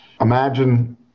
imagine